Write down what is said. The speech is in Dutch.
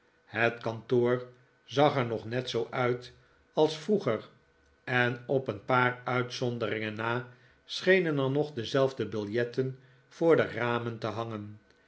het kantoor zag er nog net zoo uit als vroeger en op een paar uitzonderingen na schenen er nog dezelfde biljetten voor de ramen te hangen